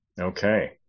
Okay